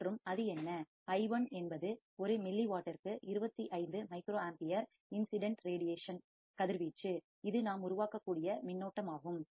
மற்றும் அது என்ன i1 என்பது ஒரு மில்லிவாட்டிற்கு 25 மைக்ரோஅம்பியர் இன்சிடென்ட் ரேடியேஷன் கதிர்வீச்சு இது நாம் உருவாக்கக்கூடிய மின்னோட்டமாகும் கரண்ட்